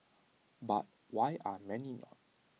but why are many not